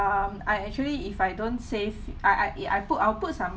um I actually if I don't save I I i~ I put I'll put some